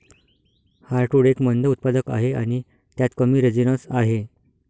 heartwood एक मंद उत्पादक आहे आणि त्यात कमी रेझिनस आहे